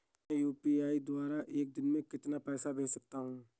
मैं यू.पी.आई द्वारा एक दिन में कितना पैसा भेज सकता हूँ?